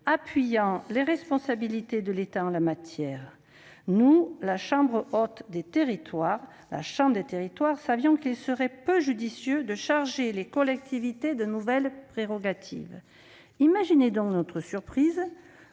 consacrant les responsabilités de l'État en la matière. Nous, membres de la chambre des territoires, savions qu'il serait peu judicieux de charger les collectivités de nouvelles prérogatives. Imaginez donc notre surprise,